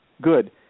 Good